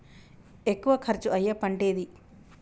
ఎక్కువ ఖర్చు అయ్యే పంటేది?